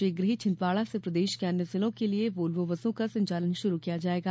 शीघ्र ही छिंदवाड़ा से प्रदेश के अन्य जिलों के लिये वाल्वो बसों का संचालन प्रारंभ किया जाएगा